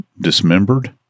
dismembered